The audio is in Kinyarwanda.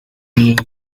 yali